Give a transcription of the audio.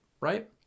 right